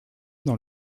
dans